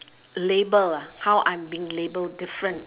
label ah how I'm being labelled different